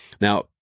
Now